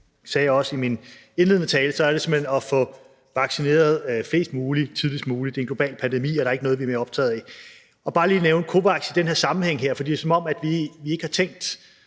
sagde jeg også i min indledende tale – så er det simpelt hen at få vaccineret flest mulige tidligst muligt. Det er en global pandemi, og der er ikke noget, vi er mere optaget af. Og jeg vil bare lige nævne COVAX i den her sammenhæng, for det er, som om vi ikke har tænkt